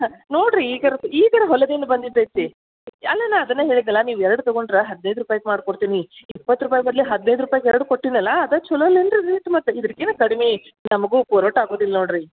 ಹಾಂ ನೋಡಿರಿ ಈಗಾರ ಈಗಾರ ಹೊಲದಿಂದ ಬಂದಿದ್ದು ಐತೆ ಅಲ್ಲಲ್ಲ ಅದನ್ನು ಹೇಳಿದೆನಲ್ಲ ನೀವು ಎರಡು ತಗೊಂಡ್ರೆ ಹದಿನೈದು ರೂಪಾಯ್ಗೆ ಮಾಡ್ಕೊಡ್ತೆನೆ ಇಪ್ಪತ್ತು ರೂಪಾಯಿ ಬದ್ಲು ಹದಿನೈದು ರೂಪಾಯ್ಗೆ ಎರಡು ಕೊಟ್ಟೆನಲ್ಲ ಅದ ಚಲೋ ಅಲ್ಲ ಏನು ರೀ ರೇಟ್ ಮತ್ತು ಇದಿಕಿನ್ನ ಕಡಿಮೆ ನಮಗೂ ಆಗುದಿಲ್ಲ ನೋಡಿರಿ